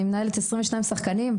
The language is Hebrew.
אני מנהלת 22 שחקנים.